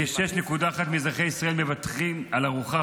וכ-6.1% מאזרחי ישראל מוותרים על ארוחה